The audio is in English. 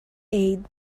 aid